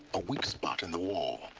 a weak spot in the wall